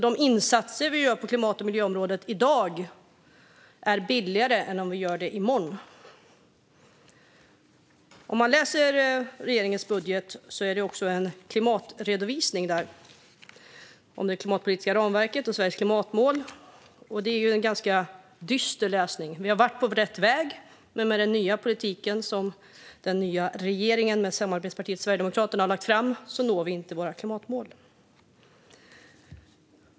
De insatser som vi gör på klimat och miljöområdet i dag är alltså billigare än om vi gör dem i morgon. Det finns en klimatredovisning i regeringens budget om det klimatpolitiska ramverket och Sveriges klimatmål. Det är en ganska dyster läsning. Vi har varit på rätt väg, men med den nya politiken som den nya regeringen med samarbetspartiet Sverigedemokraterna har lagt fram når vi inte våra klimatmål.